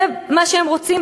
זה מה שהם רוצים,